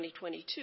2022